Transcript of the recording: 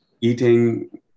eating